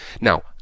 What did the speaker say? Now